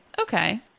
Okay